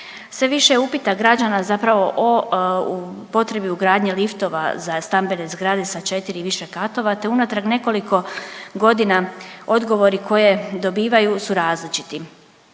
Sve više je upita građana zapravo o potrebi ugradnji liftova za stambene zgrade sa 4 i više katova te unatrag nekoliko godina odgovori koje dobivaju su različiti.